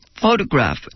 photograph